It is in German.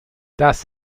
das